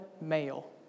male